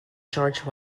george